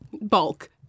Bulk